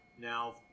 now